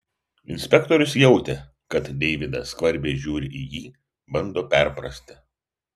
inspektorius jautė kad deividas skvarbiai žiūri į jį bando perprasti